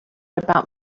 about